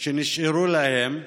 שנשארו להם,